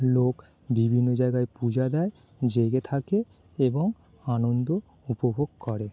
লোক বিভিন্ন জায়গায় পূজা দেয় জেগে থাকে এবং আনন্দ উপভোগ করে